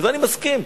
ואני מסכים,